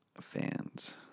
fans